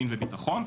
מין וביטחון.